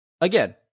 Again